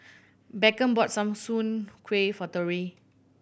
Beckham bought soon kway for Tory